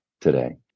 today